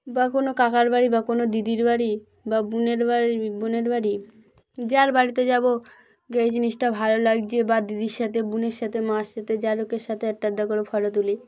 বা কোনো কাকার বাড়ি বা কোনো দিদির বাড়ি বা বোনের বাড়ি বোনের বাড়ি যার বাড়িতে যাবো যে এই জিনিসটা ভালো লাগছে বা দিদির সাথে বোনের সাথে মার সাথে জ লোকের সাথে একটা আধটা করে ফোটো তুলি